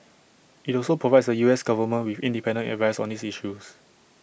IT also provides the U S Government with independent advice on these issues